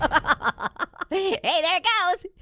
ah ah hey there it goes.